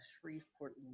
Shreveport